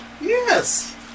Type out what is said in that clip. Yes